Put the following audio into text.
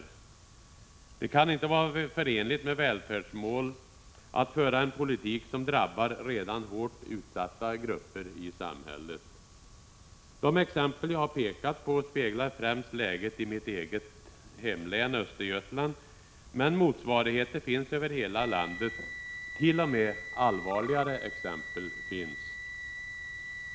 Det kan inte vara förenligt med välfärdsmål att föra en politik som drabbar redan hårt utsatta grupper i samhället. De exempel jag pekat på speglar främst läget i mitt eget hemlän, Östergötland, men motsvarigheter finns över hela landet; t.o.m. allvarligare exempel finns.